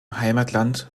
heimatland